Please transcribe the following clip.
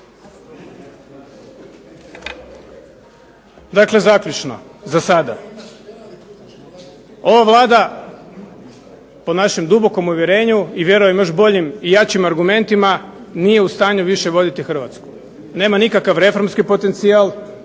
Dakle zaključno, za sada. Ova Vlada, po našem dubokom uvjerenju i vjerujem još boljim i jačim argumentima, nije u stanju više voditi Hrvatsku. Nema nikakav reformski potencijal,